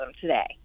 today